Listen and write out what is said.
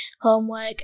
homework